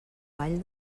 vall